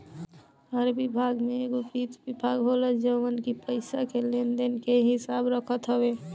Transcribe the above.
हर विभाग में एगो वित्त विभाग होला जवन की पईसा के लेन देन के हिसाब रखत हवे